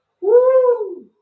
Woo